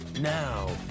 Now